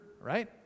right